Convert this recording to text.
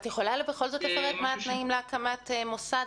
את יכולה בכל זאת לפרט מהם התנאים להקמת מוסד?